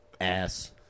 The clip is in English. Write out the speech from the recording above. Ass